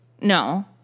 No